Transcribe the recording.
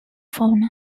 fauna